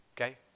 Okay